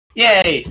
yay